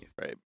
right